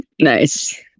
Nice